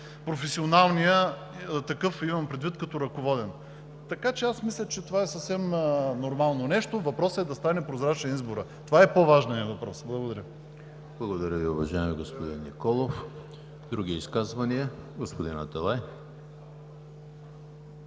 професионалният такъв, имам предвид като ръководен. Така че аз мисля, че това е съвсем нормално нещо. Въпросът е изборът да стане прозрачен – това е по-важният въпрос. Благодаря. ПРЕДСЕДАТЕЛ ЕМИЛ ХРИСТОВ: Благодаря Ви, уважаеми господин Николов. Други изказвания? Господин Аталай.